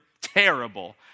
terrible